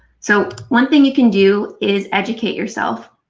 so, one thing you can do is educate yourself.